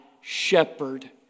shepherd